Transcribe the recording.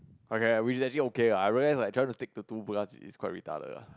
okay we actually okay lah I realise like just want to take two because is quite retarded lah